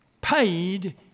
Paid